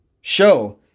Show